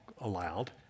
allowed